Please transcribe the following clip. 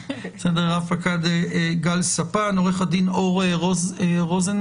רב-פקד גל ספן, עורך הדין אור רוזנמן,